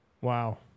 Wow